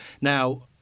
now